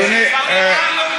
הבושה שלך.